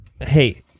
Hey